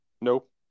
Nope